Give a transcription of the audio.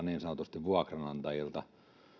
niin sanotusti vaaditaan vuokranantajilta